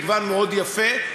מגוון מאוד יפה,